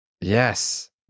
Yes